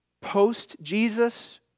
post-Jesus